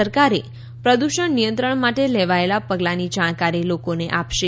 સરકારે પ્રદૂષણ નિયંત્રણ માટે લેવાયેલા પગલાંની જાણકારી લોકોને આપશે